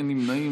אין נמנעים.